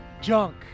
junk